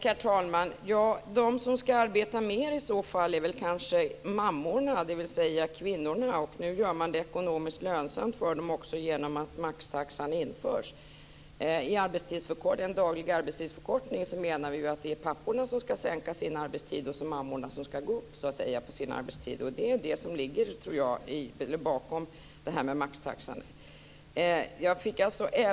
Herr talman! De som ska arbeta mer är kanske i så fall mammorna, dvs. kvinnorna. Nu gör man det också ekonomiskt lönsamt för dem genom att maxtaxan införs. När vi talar om en daglig arbetstidsförkortning menar vi att det är papporna som ska sänka sin arbetstid och mammorna som ska öka sin. Det är det jag tror ligger bakom förslaget till maxtaxa.